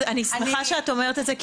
אני שמחה שאת אומרת את זה,